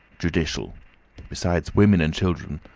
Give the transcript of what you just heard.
judicial besides women and children,